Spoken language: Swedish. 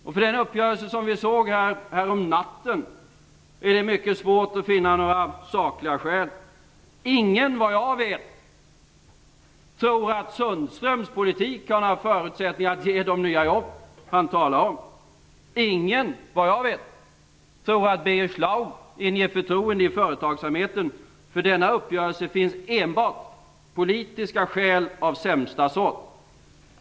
Det är svårt att finna några sakliga skäl för den uppgörelse vi såg häromnatten. Vad jag vet tror ingen att Sundströms politik har några förutsättningar att skapa de nya jobb han talar om. Vad jag vet tror ingen att Birger Schlaug inger förtroende i företagsamheten. För denna uppgörelse finns enbart politiska skäl av sämsta sort.